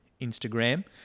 Instagram